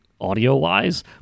Audio-wise